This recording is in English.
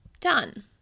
done